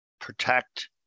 protect